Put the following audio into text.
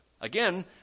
Again